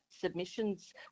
submissions